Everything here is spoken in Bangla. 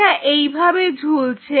এটা এভাবে ঝুলছে